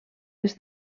les